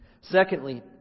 Secondly